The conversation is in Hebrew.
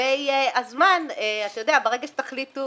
לגבי הזמן אתה יודע, ברגע שאתם תחליטו